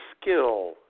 skill